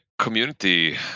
community